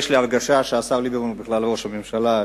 יש לי הרגשה שהשר ליברמן הוא ראש הממשלה בכלל,